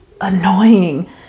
annoying